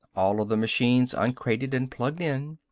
all of the machines uncrated and plugged in.